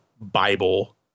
Bible